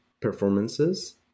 performances